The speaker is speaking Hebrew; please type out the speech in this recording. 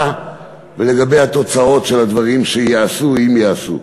לגבי התוצאות של הדברים שייעשו אם ייעשו.